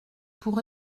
pour